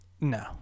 No